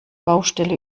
baustelle